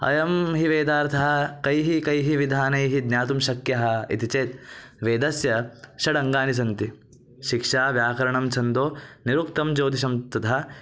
अयं हि वेदार्थः कैः कैः विधानैः ज्ञातुं शक्यः इति चेत् वेदस्य षडङ्गानि सन्ति शिक्षा व्याकरणं छन्दो निरुक्तं ज्योतिषं तथा